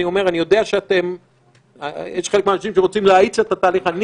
יודע שיש חלק מהאנשים שרוצים להאיץ את התהליך,